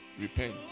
Repent